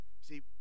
See